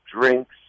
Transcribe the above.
drinks